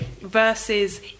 versus